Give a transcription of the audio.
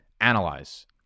analyze